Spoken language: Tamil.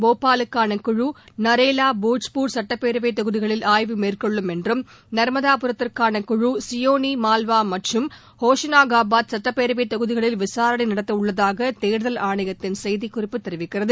போபாலுக்கான குழு நரேலா போஜ்புர் சட்டப்பேரவைத் தொகுதிகளில் ஆய்வு மேற்கொள்ளும் என்றும் ந்மதாபுரத்திற்கான குழு சியோனி மால்வா மற்றும் கோசங்காபாத் சட்டப்பேரவைத் தொகுதிகளில் விசாரணை நடத்த உள்ளதாக தேர்தல் ஆணையத்தின் செய்திக்குறிப்பு தெரிவிக்கிறது